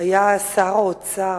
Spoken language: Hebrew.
היה שר האוצר.